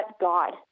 God